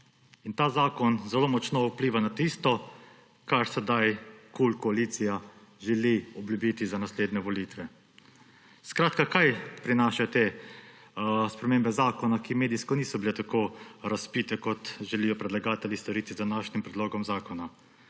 Ta zakon zelo močno vpliva na tisto, kar sedaj koalicija KUL želi obljubiti za naslednje volitve. Kaj prinašajo te spremembe zakona, ki medijsko niso bile tako razvpite, kot želijo predlagatelji storiti z današnjim predlogom zakona?